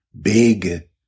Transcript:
big